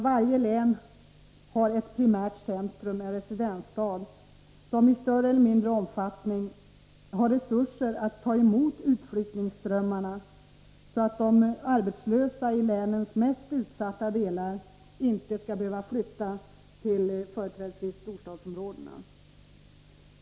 Varje län har ett primärt centrum, en residensstad, som i större eller mindre omfattning har resurser att ta emot utflyttningsströmmarna, så att de arbetslösa i länens mest utsatta delar inte skall behöva flytta till företrädesvis storstadsområdena.